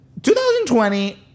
2020